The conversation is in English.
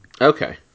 Okay